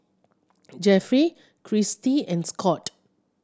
Jeffery Kristie and Scot